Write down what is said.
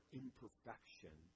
imperfection